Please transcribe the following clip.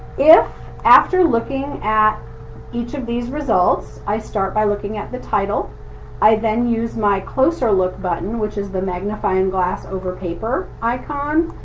if, after looking at each of these results, i start by looking at the title i then use my closer look button, which is the magnifying glass over paper icon,